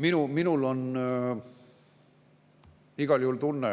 Minul on igal juhul tunne,